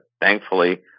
thankfully